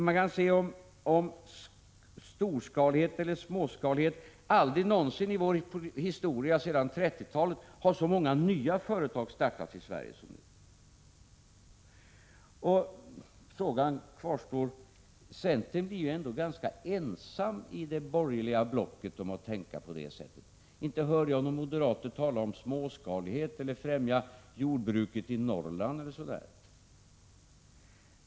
Man kan beträffande storskalighet och småskalighet notera: aldrig någonsin i vår historia sedan 1930-talet har så många nya företag startats i Sverige som nu. Min fråga kvarstår. Centern blir ganska ensamt i det borgerliga blocket om att tänka som man gör. Inte hör jag några moderater tala om småskalighet eller om att främja jordbruket i Norrland e. d.